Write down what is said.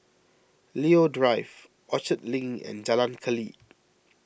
Leo Drive Orchard Link and Jalan Keli